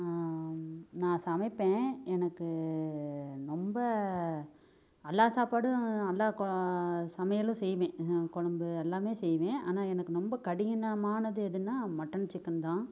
நான் சமைப்பேன் எனக்கு ரொம்ப எல்லா சாப்பாடும் எல்லா கொ சமையலும் செய்வேன் கொழம்பு எல்லாமே செய்வேன் ஆனால் எனக்கு ரொம்ப கடினமானது எதுன்னா மட்டன் சிக்கன் தான்